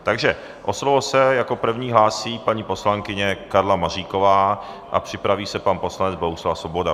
Takže o slovo se jako první hlásí paní poslankyně Karla Maříková a připraví se pan poslanec Bohuslav Svoboda.